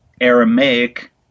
Aramaic